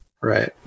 Right